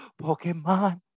Pokemon